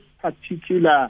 particular